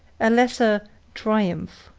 a lesser triumph.